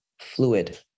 fluid